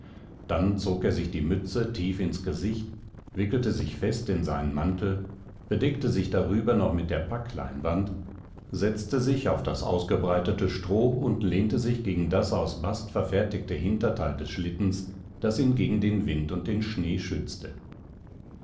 dann zog er sich die mütze tief ins gesicht wickelte sich fest in seinen mantel bedeckte sich darüber noch mit der packleinwand setzte sich auf das ausgebreitete stroh und lehnte sich gegen das aus bast verfertigte hinterteil des schlittens das ihn gegen den wind und den schnee schützte